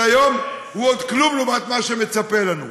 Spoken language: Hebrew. היום הוא עוד כלום לעומת מה שמצפה לנו.